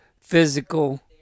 physical